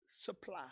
supply